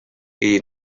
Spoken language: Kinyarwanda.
iyi